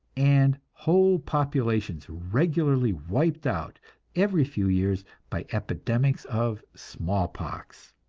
and whole populations regularly wiped out every few years by epidemics of smallpox.